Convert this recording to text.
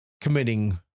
committing